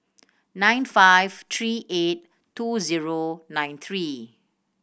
nine five three eight two zero nine three